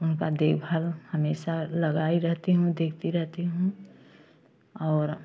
उनका देखभाल हमेशा लगी ही रहती हूँ देखती रहती हूँ और